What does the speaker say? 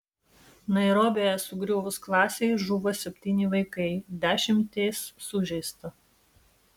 nairobyje sugriuvus klasei žuvo septyni vaikai dešimtys sužeista